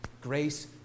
Grace